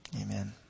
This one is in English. Amen